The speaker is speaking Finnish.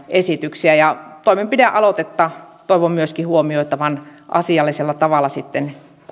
esityksiä ja toimenpidealoitetta toivon myöskin huomioitavan asiallisella tavalla sitten